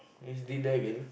it's G-Dragon